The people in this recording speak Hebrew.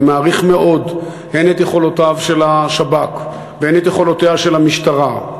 אני מעריך מאוד הן את יכולותיו של השב"כ והן את יכולותיה של המשטרה,